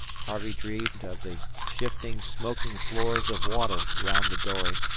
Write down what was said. harvey dreamed of the shifting, smoking floors of water round the dory,